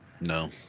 No